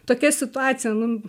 tokia situacija nu